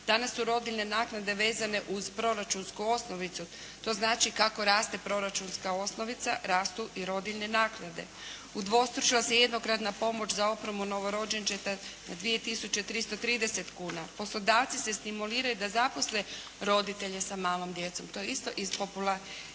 Danas su rodiljne naknade vezane uz proračunsku osnovicu. To znači kako raste proračunska osnovica rastu i rodiljne naknade. Udvostručila se jednokratna pomoć za opremu novorođenčeta na 2.330 kuna. Poslodavci se stimuliraju da zaposle roditelje s malom djecom. To je isto iz nacionalne